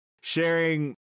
sharing